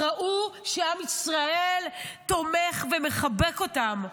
ראו שעם ישראל תומך ומחבק אותם.